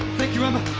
thank you emma!